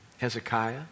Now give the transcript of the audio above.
Hezekiah